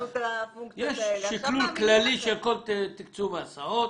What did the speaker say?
יש שקלול כללי של כל תקצוב ההסעות.